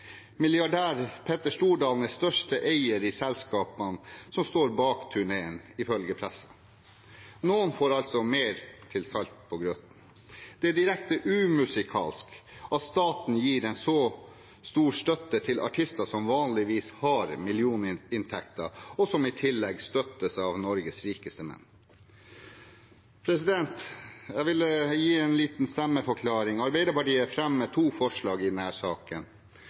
Petter Stordalen er største eier i selskapene som står bak turneen, ifølge pressen. Noen får altså mer til salt på grøten. Det er direkte umusikalsk at staten gir en så stor støtte til artister som vanligvis har millioninntekter, og som i tillegg støttes av Norges rikeste menn. Jeg vil gi en liten stemmeforklaring. Arbeiderpartiet fremmer to løse forslag i denne saken. Det andre forslaget blir uansett ivaretatt av den